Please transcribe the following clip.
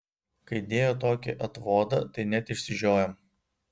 kai dėjo tokį atvodą tai net išsižiojom